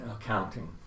accounting